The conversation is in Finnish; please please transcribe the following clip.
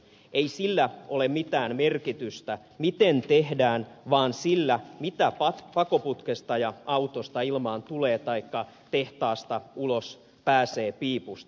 ei sillä ole mitään merkitystä miten tehdään vaan sillä mitä pakoputkesta ja autosta ilmaan tulee taikka tehtaasta ulos pääsee piipusta